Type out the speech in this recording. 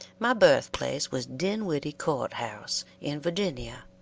my birthplace was dinwiddie court-house, in virginia.